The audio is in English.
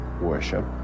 worship